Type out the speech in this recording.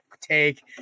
take